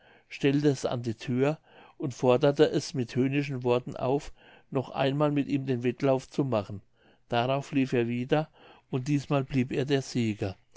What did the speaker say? stellte es an die thür und forderte es mit höhnischen worten auf noch einmal mit ihm den wettlauf zu machen darauf lief er wieder und diesmal blieb er der sieger